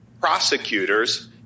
prosecutors